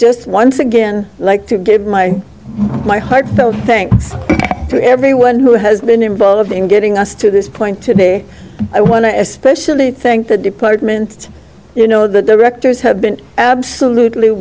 just once again like to give my my heartfelt thanks to everyone who has been involved in getting us to this point today i want to especially thank the department you know the directors have been absolutely